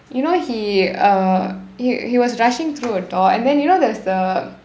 you know he err he he was rushing through a door and then you know there's the